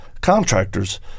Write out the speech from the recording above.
contractors